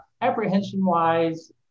apprehension-wise